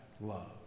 love